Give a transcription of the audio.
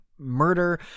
murder